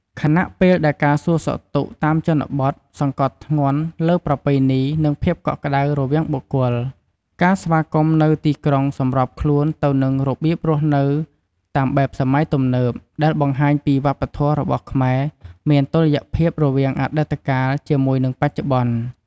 ខណៈពេលដែលការសួរសុខទុក្ខតាមជនបទសង្កត់ធ្ងន់លើប្រពៃណី និងភាពកក់ក្តៅរវាងបុគ្គល ការស្វាគមន៍នៅទីក្រុងសម្របខ្លួនទៅនឹងរបៀបរស់នៅតាមបែបសម័យទំនើប ដែលបង្ហាញពីវប្បធម៌របស់ខ្មែរមានតុល្យភាពរវាងអតីតកាលជាមួយនឹងបច្ចុប្បន្ន។